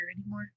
anymore